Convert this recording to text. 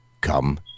Come